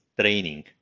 training